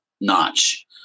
notch